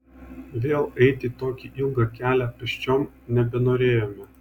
vėl eiti tokį ilgą kelią pėsčiom nebenorėjome